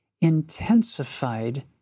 intensified